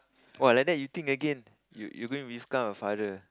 !wah! like that you think again you you going to become a father